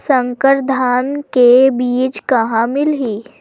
संकर धान के बीज कहां मिलही?